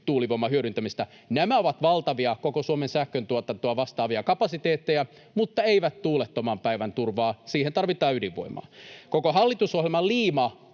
tuulivoiman hyödyntämisestä. Nämä ovat valtavia, koko Suomen sähköntuotantoa vastaavia kapasiteetteja mutta eivät tuulettoman päivän turva — siihen tarvitaan ydinvoimaa. Koko hallitusohjelman liima